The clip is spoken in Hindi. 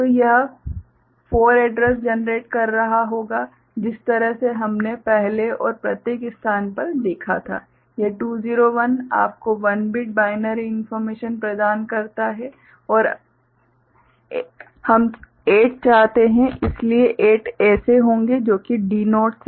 तो यह 4 एड्रैस जनरेट कर रहा होगा जिस तरह से हमने पहले और प्रत्येक स्थान पर देखा था एक 201 आपको 1 बिट बाइनरी इन्फोर्मेशन प्रदान करता है और हम 8 चाहते हैं इसलिए 8 ऐसे होंगे जो की D0 से D7 हैं